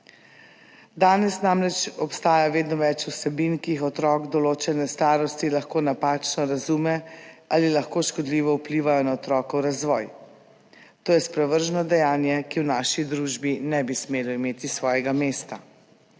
Danes namreč obstaja vedno več vsebin, ki jih otrok določene starosti lahko napačno razume ali lahko škodljivo vplivajo na otrokov razvoj. To je sprevrženo dejanje, ki v naši družbi ne bi smelo imeti svojega mesta.